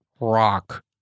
rock